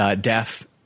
deaf